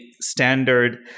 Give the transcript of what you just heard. standard